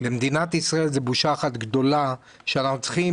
למדינת ישראל זו בושה אחת גדולה שאנחנו צריכים